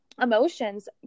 emotions